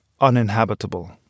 uninhabitable